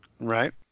Right